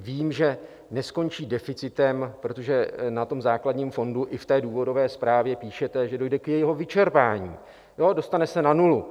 Vím, že neskončí deficitem, protože na tom základním fondu i v důvodové zprávě píšete, že dojde k jeho vyčerpání, dostane se na nulu.